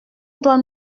doit